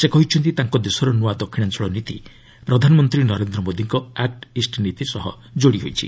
ସେ କହିଛନ୍ତି ତାଙ୍କ ଦେଶର ନୂଆ ଦକ୍ଷିଣାଞ୍ଚଳ ନୀତି ପ୍ରଧାନମନ୍ତ୍ରୀ ନରେନ୍ଦ୍ର ମୋଦିଙ୍କ ଆକ୍ ଇଷ୍ଟ ନୀତି ସହ ଯୋଡ଼ି ହୋଇଛି